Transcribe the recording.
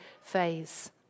phase